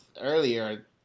earlier